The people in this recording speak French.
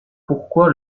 pourquoi